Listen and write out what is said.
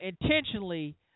intentionally